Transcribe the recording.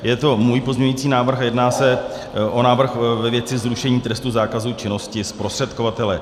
Je to můj pozměňující návrh a jedná se o návrh ve věci zrušení trestu zákazu činnosti zprostředkovatele.